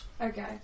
Okay